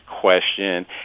question